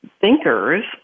Thinkers